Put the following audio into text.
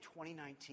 2019